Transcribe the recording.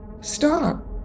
stop